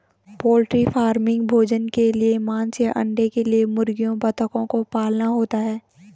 poultry farming भोजन के लिए मांस या अंडे के लिए मुर्गियों बतखों को पालना होता है